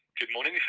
good morning,